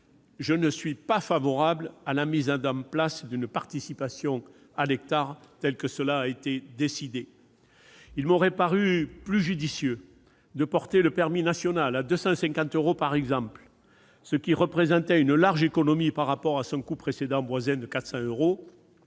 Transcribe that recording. je ne suis pas favorable à la mise en place d'une participation à l'hectare, tel que cela a été décidé. Il m'aurait paru plus judicieux de porter le permis national à 250 euros par exemple, ce qui représentait une large économie par rapport à son coût précédent, voisin de 400 euros.